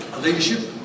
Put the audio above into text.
leadership